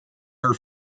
her